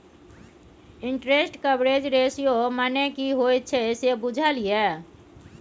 Interest coverage ratio मने की होइत छै से बुझल यै?